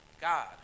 God